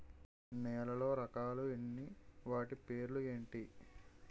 నేలలో రకాలు ఎన్ని వాటి పేర్లు ఏంటి?